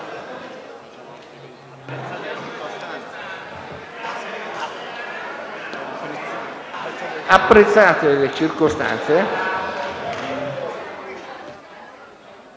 Apprezzate le circostanze,